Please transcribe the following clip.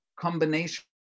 combination